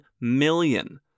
million